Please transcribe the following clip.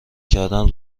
کردن